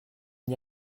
n’y